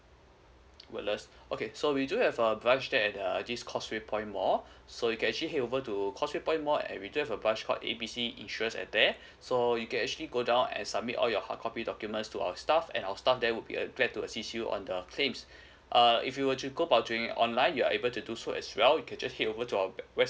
woodlands okay so we do have a branch there at this uh is causeway point mall so you can actually head over to causeway point mall and we just have a branch call A B C insurance at there so you can actually go down and submit all your hard copy documents to our staff and our staff there will be err glad to assist you on the claims uh if you would to go about doing it online you are able to do so as well you can just head over to our w~ web~